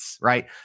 right